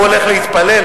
הוא הולך להתפלל?